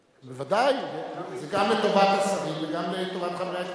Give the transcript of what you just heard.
בוודאי, זה גם לטובת השרים וגם לטובת חברי הכנסת,